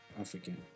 African